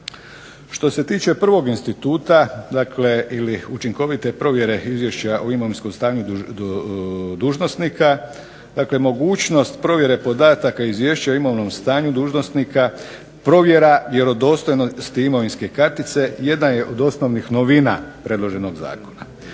Što se tiče prvog instituta, dakle ili učinkovite provjere izvješća o imovinskom stanju dužnosnika. Dakle, mogućnost provjere podataka izvješća o imovnom stanju dužnosnika, provjera vjerodostojnosti imovinske kartice jedna je od osnovnih novina predloženog zakona.